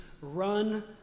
run